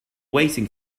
waiting